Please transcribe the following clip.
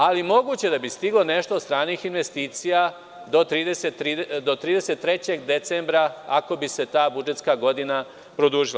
Ali, moguće da bi stiglo nešto od stranih investicija do 33. decembra, ako bi se ta budžetska godina produžila.